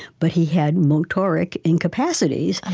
but he had motoric incapacities, and